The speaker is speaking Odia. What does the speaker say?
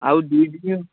ଆଉ ଦୁଇ ଦିନ